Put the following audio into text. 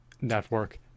network